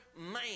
man